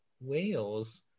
Wales